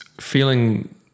feeling